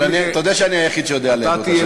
יואל, תודֶה שאני היחיד שיודע להגות את השם שלך.